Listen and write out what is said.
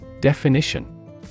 Definition